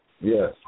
Yes